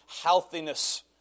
healthiness